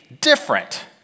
different